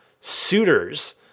suitors